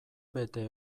bete